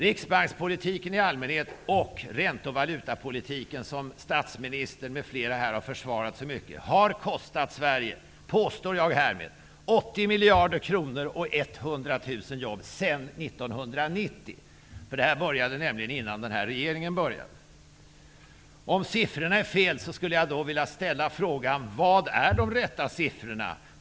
Riksbankspolitiken i allmänhet och ränte och valutapolitiken i synnerhet, som statsministern m.fl. här har försvarat, har kostat Sverige 80 miljarder kronor och 100 000 jobb sedan 1990. Det här började nämligen innan denna regering tillträdde. Om siffrorna är felaktiga, vill jag ställa frågan: Vilka är de riktiga sifforna?